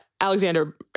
Alexander